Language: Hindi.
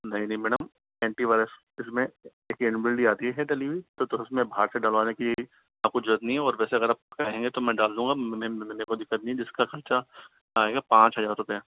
नहीं नहीं मैडम एन्टीवायरस इसमें इन्बिल्ड ही आती है डली हुई तो फिर उसमें बाहर से डलवाने की आपको जरूरत नहीं है और वैसे अगर आप कहेंगे तो मैं डाल दूंगा मेरे को दिक्कत नहीं है जिसका खर्चा आएगा पाँच हजार रुपया